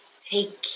take